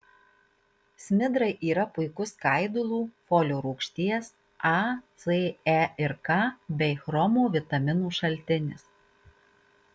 smidrai yra puikus skaidulų folio rūgšties a c e ir k bei chromo vitaminų šaltinis